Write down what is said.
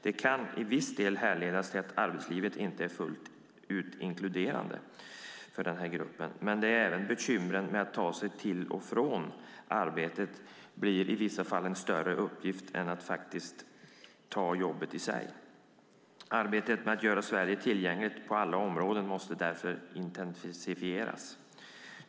Det kan till viss del härledas till att arbetslivet inte är fullt ut inkluderande för denna grupp. Men det är även bekymmer med att ta sig till och från arbetet. Det blir i vissa fall en större uppgift än att faktiskt göra jobbet i sig. Arbetet med att göra Sverige tillgängligt på alla områden måste därför intensifieras.